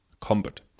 combat